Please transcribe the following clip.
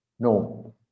No